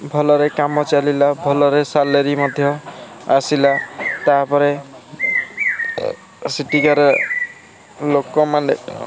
ଭଲରେ କାମ ଚାଲିଲା ଭଲରେ ସାଲାରି ମଧ୍ୟ ଆସିଲା ତା'ପରେ ସେଠିକାର ଲୋକମାନେ